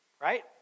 right